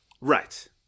Right